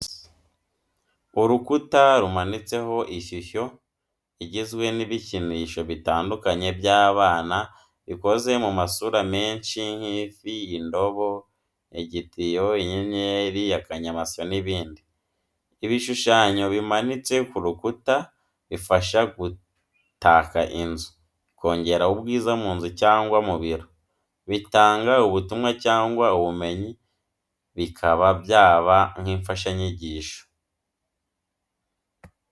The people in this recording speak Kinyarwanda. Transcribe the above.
Urukuta rumanitseho ishusho igizwe n'ibikinisho bitandukanye by'abana bikoze mu masura menshi nk'ifi, indobo, igitiyo, inyenyeri, akanyamasyo n'ibindi. Ibishushanyo bimanitse ku rukuta bifasha gutaka inzu, bikongera ubwiza mu nzu cyangwa mu biro. Bitanga ubutumwa cyangwa ubumenyi, bikaba byaba n'imfashanyigisho.